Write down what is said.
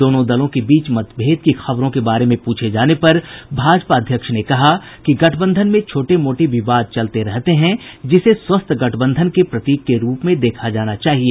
दोनों दलों के बीच मतभेद की खबरों के बारे में पूछे जाने पर भाजपा अध्यक्ष ने कहा कि गठबंधन में छोटे मोटे विवाद चलते रहते हैं जिसे स्वस्थ गठबंधन के प्रतीक के रूप में देखा जाना चाहिए